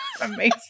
Amazing